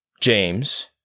James